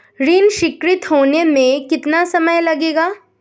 ऋण स्वीकृत होने में कितना समय लगेगा?